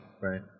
Right